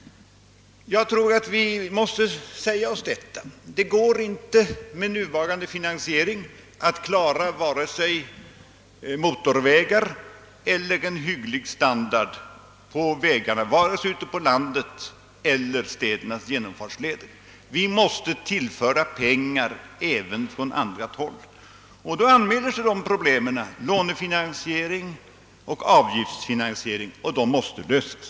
Jag tror vi måste säga oss detta: Det går inte med nuvarande finansiering att klara vare sig byggandet av motorvägar eller upprätthållandet av en hygglig standard på vägarna — det gäller både vägarna ute på landet och städernas genomfartsleder. Vi måste tillföra pengar även från annat håll. Då anmäler sig problemen lånefinansiering och avgiftsfinansiering, och de måste lösas.